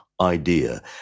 idea